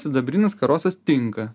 sidabrinis karosas tinka